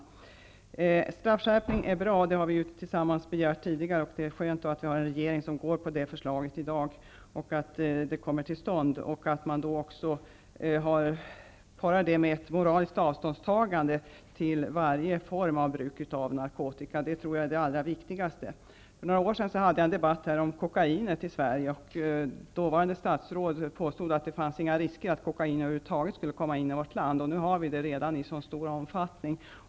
Det är bra med straffskärpning. Det har vi tillsammans begärt tidigare. Det är skönt att vi har en regering som är positiv till det förslaget, så att det kommer till stånd. Detta bör också paras med ett moraliskt avståndstagande från varje form av bruk av narkotika. Det tror jag är det allra viktigaste. För några år sedan förde jag här en debatt om kokainet i Sverige. Dåvarande statsråd påstod att det inte fanns några risker för att kokainet över huvud taget skulle komma in i vårt land. Nu har vi det redan i stor omfattning.